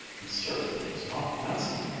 he certainly is not handsome.